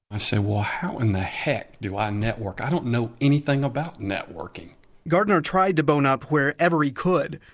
i said, well, how in the heck do i network? i don't know anything about networking gardner tried to bone up wherever he could.